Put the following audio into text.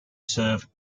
served